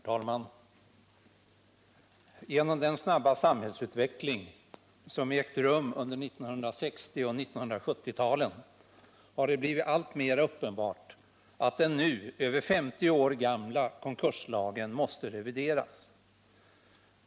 Herr talman! Genom den snabba samhällsutveckling som ägt rum under 1960 och 1970-talen har det blivit alltmera uppenbart att den nu över 50 år gamla konkurslagen måste revideras.